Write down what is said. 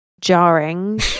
jarring